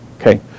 Okay